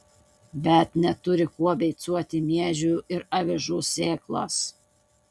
bet neturi kuo beicuoti miežių ir avižų sėklos